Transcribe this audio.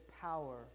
power